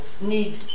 need